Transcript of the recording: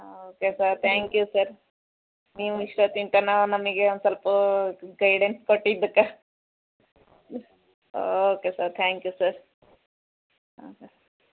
ಹಾಂ okay sir thank you sir ನೀವು ಇಷ್ಟೋತ್ತಿನ ತನಕ ನಮಗೆ ಒಂದು ಸ್ವಲ್ಪ ಗೈಡೆನ್ಸ್ ಕೊಟ್ಟಿದ್ದಕ್ಕೆ okay sir thank you sir